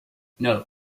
note